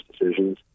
decisions